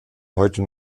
heute